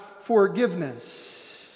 forgiveness